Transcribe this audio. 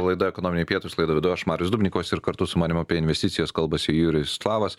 laida ekonominiai pietūs laidą vedu aš marius dubnikovas ir kartu su manimi apie investicijas kalbasi jurijus slavas